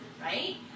right